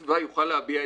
נפטון.